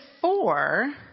four